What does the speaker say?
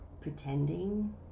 pretending